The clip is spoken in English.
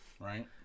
Right